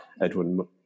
Edwin